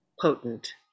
potent